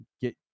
get